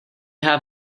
have